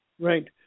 right